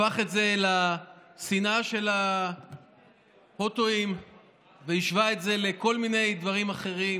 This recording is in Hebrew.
הפך את זה לשנאה של ההוטואים והשווה את זה לכל מיני דברים אחרים,